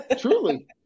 Truly